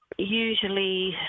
usually